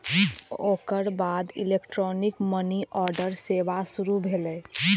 ओकर बाद electronic money order सेवा शुरू भेलै